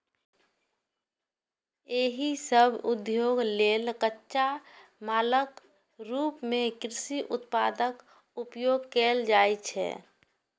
एहि सभ उद्योग लेल कच्चा मालक रूप मे कृषि उत्पादक उपयोग कैल जाइ छै